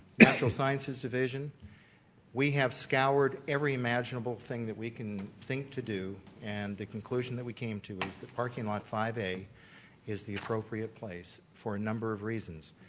natural sciences division we have scoured every imaginable thing that we can think to do and the conclusion that we came to is the parking lot five a is the appropriate place for a number of reasons.